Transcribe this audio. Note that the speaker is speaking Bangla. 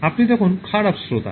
আপনি তখন খারাপ শ্রোতা